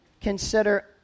Consider